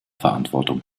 verantwortung